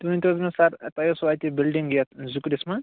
تُہۍ ؤنۍ تَو حظ مےٚ سَر تۄہہِ ٲسوٕ اَتہِ بِلڈِنٛگ یَتھ زوٚکرِس منٛز